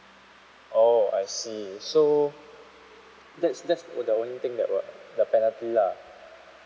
oh I see so that's that's uh the only thing that what get penalty lah